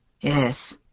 Yes